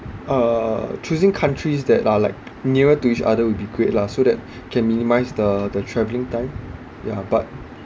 uh choosing countries that are like nearer to each other will be great lah so that can minimise the the travelling time yeah but